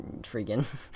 freaking